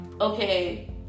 Okay